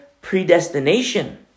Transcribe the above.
predestination